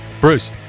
Bruce